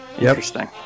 Interesting